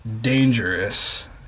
Dangerous